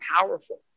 powerful